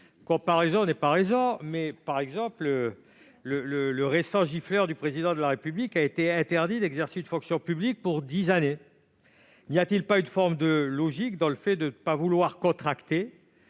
Comparaison n'est certes pas raison, mais, par exemple, le récent gifleur du Président de la République a été interdit d'exercer toute fonction publique pour dix années. N'y a-t-il pas une forme de logique dans le fait de ne pas vouloir contracter